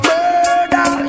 Murder